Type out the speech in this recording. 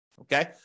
okay